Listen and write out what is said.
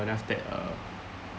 that uh